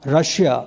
Russia